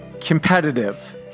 competitive